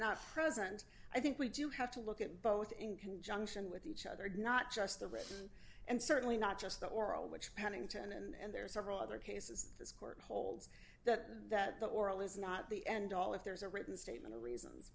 not present i think we do have to look at both in conjunction with each other and not just the written and certainly not just the oral which pennington and there are several other cases this court holds that that the oral is not the end all if there's a written statement or reasons